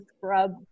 scrub